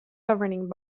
governing